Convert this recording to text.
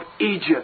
Egypt